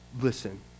Listen